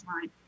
line